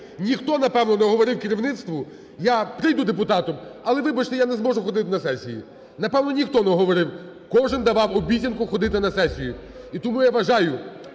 ніхто, напевне, не говорив керівництву: "Я прийду депутатом, але, вибачте, я не зможу ходити на сесію". Напевне, ніхто не говорив. Кожен давав обіцянку ходити на сесію. І тому я вважаю,